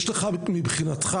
יש לך, מבחינתך,